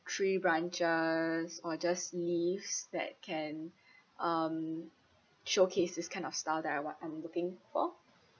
tree branches or just leaves that can um showcase this kind of style that I want I'm looking for